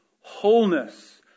wholeness